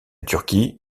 turquie